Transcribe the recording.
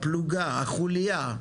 הפלוגה,